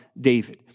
David